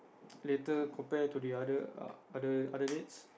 later compare to the other other dates